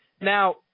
Now